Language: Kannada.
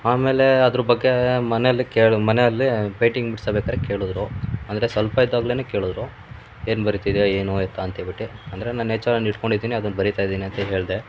ಆಮೇಲೆ ಅದ್ರ ಬಗ್ಗೆ ಮನೆಯಲ್ಲಿ ಕೇಳಿ ಮನೆಯಲ್ಲಿ ಪೇಂಯ್ಟಿಂಗ್ ಬಿಡ್ಸಬೇಕಾದ್ರೆ ಕೇಳಿದ್ರು ಅಂದರೆ ಸ್ವಲ್ಪ ಇದ್ದಾಗ್ಲೇ ಕೇಳಿದ್ರು ಏನು ಬರಿತಿದ್ದೀಯ ಏನು ಎತ್ತ ಅಂತ ಹೇಳ್ಬಿಟ್ಟಿ ಅಂದರೆ ನಾನು ನೇಚರನ್ನು ಇಟ್ಕೊಂಡಿದ್ದೀನಿ ಅದನ್ನು ಬರಿತಾ ಇದ್ದೀನಿ ಅಂತ ಹೇಳಿದೆ